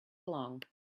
along